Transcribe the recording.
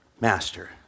master